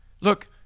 Look